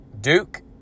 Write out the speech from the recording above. Duke